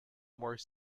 more